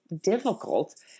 difficult